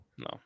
No